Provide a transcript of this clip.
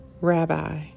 Rabbi